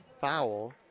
foul